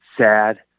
sad